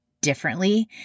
differently